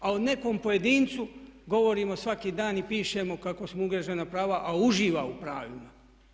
A o nekom pojedincu govorimo svaki dan i pišemo kako su mu ugrožena prava, a uživa u pravima.